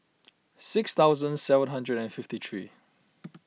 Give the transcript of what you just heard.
six thousand seven hundred and fifty three